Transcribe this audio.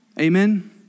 Amen